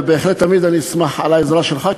ובהחלט אשמח תמיד על העזרה שלך,